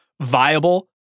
viable